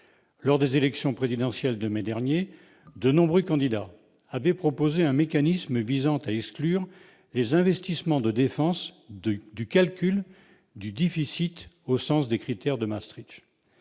Lors de l'élection présidentielle de mai dernier, de nombreux candidats avaient proposé un mécanisme visant à exclure les investissements de défense du calcul du déficit au sens des critères de Maastricht.